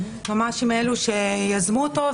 ממש עם אלו שיזמו אותו,